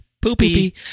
poopy